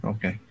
Okay